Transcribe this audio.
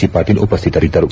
C Patil ಉಪ್ಯತರಿದ್ದರು